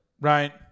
Right